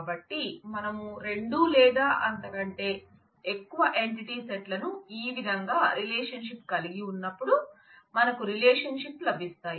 కాబట్టి మనం రెండు లేదా అంతకంటే ఎక్కువ ఎంటిటీ సెట్లను ఈ విధంగా రిలేషన్షిప్ కలిగి ఉన్నప్పుడు మనకు రిలేషన్షిప్ లభిస్తాయి